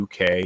UK